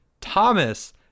Thomas